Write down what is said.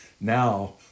now